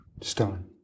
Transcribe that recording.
stone